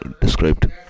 described